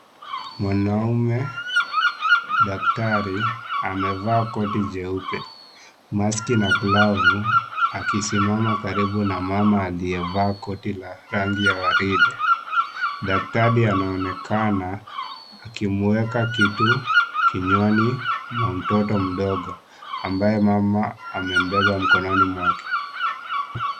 Mwanaume daktari amevaa koti jeupe maski na glavu akisimama karibu na mama aliyevaa koti la rangi ya waridi . Daktari anaonekana akimweka kitu kinywani mwa mtoto mdogo ambaye mama amembeba mkononi mwake .